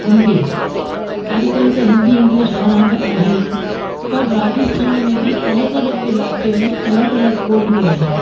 हिंदी अॼुकल्ह त हिंदी इंग्लिश हर हंधु आहे ई पर राजस्थान में बि अलॻि अलॻि इलाइक़े में अलॻि अलॻि ॿोलियूं आहिनि